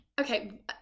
Okay